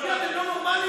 אתם לא נורמליים?